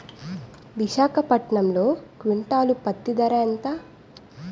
విశాఖపట్నంలో క్వింటాల్ పత్తి ధర ఎంత?